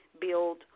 build